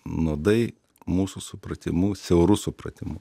nuodai mūsų supratimu siauru supratimu